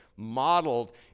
modeled